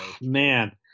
man